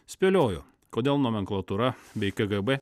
spėliojo kodėl nomenklatūra bei kgb